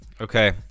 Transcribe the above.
Okay